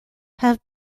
have